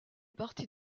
partie